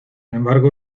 embargo